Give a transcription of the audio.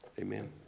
Amen